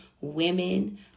women